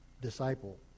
disciple